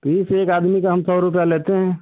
fees एक आदमी का हम सौ रुपये लेते हैं